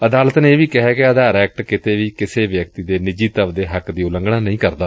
ਅਦਾਲਤ ਨੇ ਇਹ ਵੀ ਕਿਹੈ ਕਿ ਆਧਾਰ ਐਕਟ ਕਿਤੇ ਵੀ ਕਿਸੇ ਵਿਅਕਤੀ ਦੇ ਨਿੱਜੀਤਵ ਦੇ ਹੱਕ ਦੀ ਉਲੰਘਣਾ ਨਹੀਂ ਕਰਦਾ